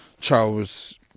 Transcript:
Charles